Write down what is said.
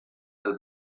del